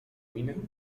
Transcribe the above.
minę